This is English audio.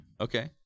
Okay